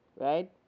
Right